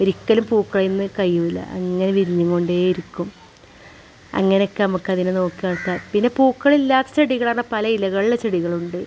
ഒരിക്കലും പൂക്കളിൽ നിന്ന് കഴിയില്ല അങ്ങനെ വിരിഞ്ഞു കൊണ്ടേയിരിക്കും അങ്ങനെയൊക്കെ നമുക്ക് അതിനെ നോക്കാത്ത പിന്നെ പൂക്കൾ ഇല്ലാത്ത ചെടി കാരണം പലയിലകളിലെ ചെടികൾ ഉണ്ട്